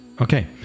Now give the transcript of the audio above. okay